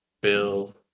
Bill